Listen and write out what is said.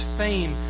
fame